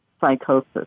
psychosis